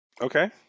Okay